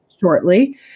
shortly